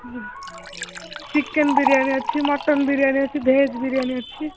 chicken biryani ଅଛି mutton biryani ଅଛି veg biryani ଅଛି